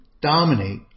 dominate